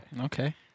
Okay